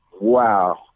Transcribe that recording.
Wow